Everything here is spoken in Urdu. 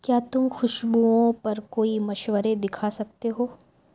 کیا تم خوشبوؤں پر کوئی مشورے دکھا سکتے ہو